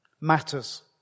matters